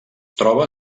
troba